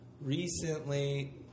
Recently